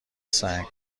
سنگ